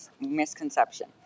misconception